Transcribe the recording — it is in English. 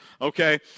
okay